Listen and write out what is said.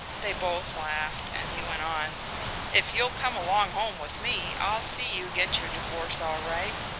they both laughed, and he went on if you'll come along home with me i'll see you get your divorce all right.